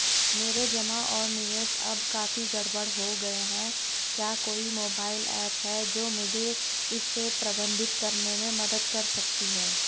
मेरे जमा और निवेश अब काफी गड़बड़ हो गए हैं क्या कोई मोबाइल ऐप है जो मुझे इसे प्रबंधित करने में मदद कर सकती है?